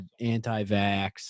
anti-vax